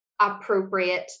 appropriate